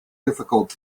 difficult